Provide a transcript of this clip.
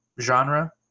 genre